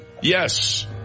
yes